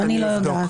אני לא יודעת.